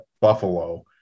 Buffalo